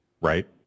Right